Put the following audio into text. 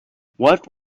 what